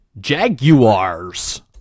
Jaguars